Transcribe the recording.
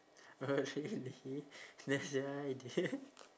oh really that's your idea